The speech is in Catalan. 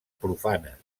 profanes